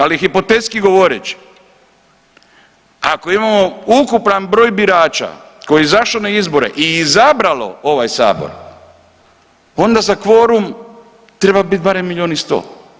Ali hipotetski govoreći, ako imamo ukupan broj birača koji je izašao na izbore i izabralo ovaj Sabor, onda za kvorum treba bit barem milijun i 100.